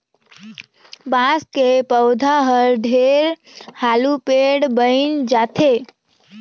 बांस के पउधा हर ढेरे हालू पेड़ बइन जाथे